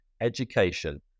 education